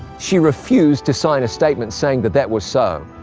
she refused to sign a statement saying that that was so.